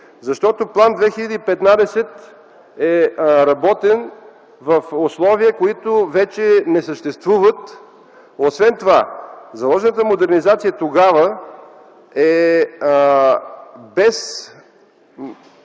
защото План 2015 е работен в условия, които вече не съществуват. Освен това заложената тогава модернизация е без